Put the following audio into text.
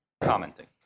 commenting